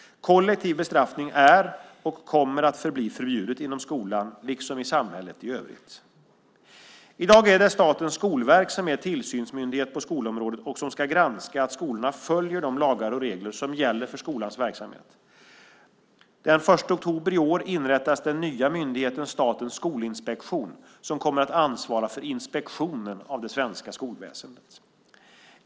Kollektiv bestraffning är och kommer att förbli förbjudet inom skolan, liksom i samhället i övrigt. I dag är det Statens skolverk som är tillsynsmyndighet på skolområdet och som ska granska att skolorna följer de lagar och regler som gäller för skolans verksamhet. Den 1 oktober i år inrättas den nya myndigheten Statens skolinspektion som kommer att ansvara för inspektionen av det svenska skolväsendet.